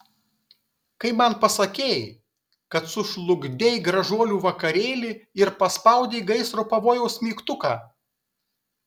kai man pasakei kad sužlugdei gražuolių vakarėlį ir paspaudei gaisro pavojaus mygtuką